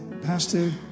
Pastor